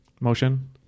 Motion